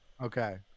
okay